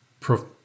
pro